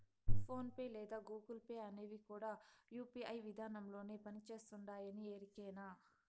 phone pay లేదా Google Pay అనేవి కూడా యూ.పీ.ఐ విదానంలోనే పని చేస్తుండాయని ఎరికేనా